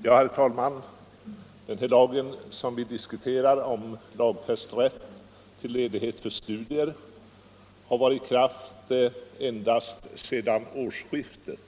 Herr talman! Den lag som vi diskuterar —- om arbetstagares rätt till ledighet för studier — har varit i kraft endast sedan årsskiftet.